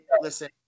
listen